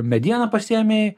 medieną pasiėmei